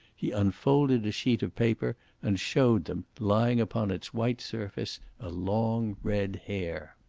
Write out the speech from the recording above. he unfolded a sheet of paper and showed them, lying upon its white surface a long red hair.